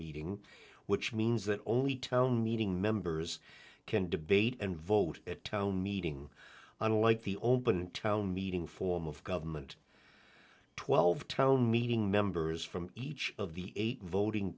meeting which means that only town meeting members can debate and vote at town meeting unlike the open town meeting form of government twelve town meeting members from each of the eight voting